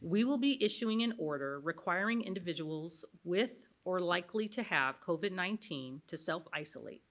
we will be issuing an order requiring individuals with or likely to have covid nineteen to self isolate